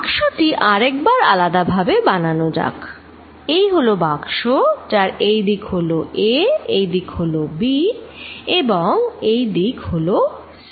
বাক্সটি আরেকবার আলাদা ভাবে বানানো যাক এই হল বাক্স যার এই দিক হলো a এই দিক হলো b এবং এই দিক হলো c